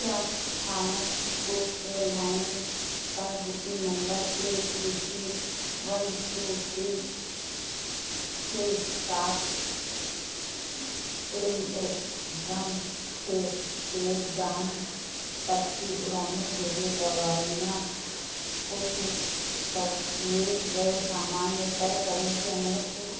क्या Thomas Cook airlines पर booking number A B C one two three के साथ एम एशडम से केप टाउन तक की उड़ानों के लिए दवाइयों को चेक किए गए सामान में पैक करने की अनुमति है